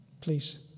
please